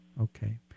Okay